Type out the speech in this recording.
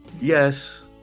Yes